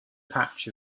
patch